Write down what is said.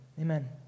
Amen